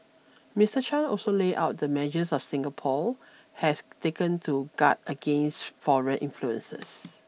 Mister Chan also laid out the measures of Singapore has taken to guard against foreign influences